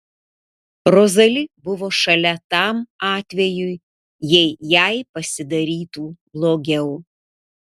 rozali buvo šalia tam atvejui jei jai pasidarytų blogiau